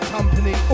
Company